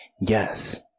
yes